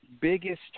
biggest